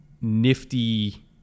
nifty